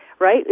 right